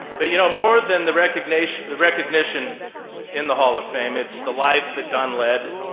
but, you know more than the recognition recognition in the hall of fame, it's the life that don led,